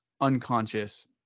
unconscious